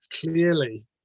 clearly